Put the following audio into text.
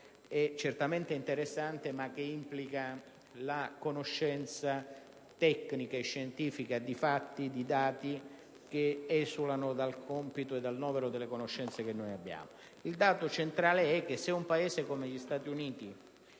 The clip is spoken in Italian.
certamente interessante, ma che implica la conoscenza tecnica e scientifica di fatti e dati che esulano dal compito e dal novero delle nostre conoscenze, ma il dato centrale è che, se un Paese come gli Stati Uniti